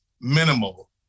minimal